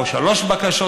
או שלוש בקשות,